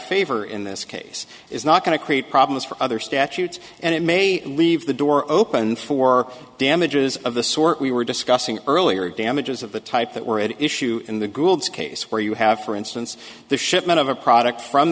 favor in this case is not going to create problems for other statutes and it may leave the door open for damages of the sort we were discussing earlier damages of the type that were at issue in the group's case where you have for instance the shipment of a product from